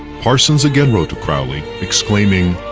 parsons again wrote to crowley exclaiming,